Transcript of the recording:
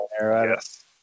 Yes